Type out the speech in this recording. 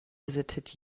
visited